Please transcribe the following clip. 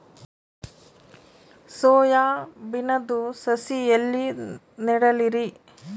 Soya ಬಿನದು ಸಸಿ ಎಲ್ಲಿ ನೆಡಲಿರಿ?